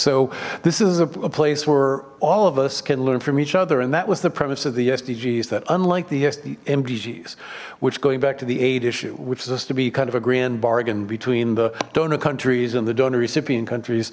so this is a place where all of us can learn from each other and that was the premise of the sdgs that unlikely yes the mdgs which going back to the aid issue which is us to be kind of a grand bargain between the donor countries and the donor recipient countries